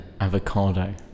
avocado